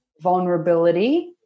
vulnerability